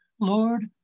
Lord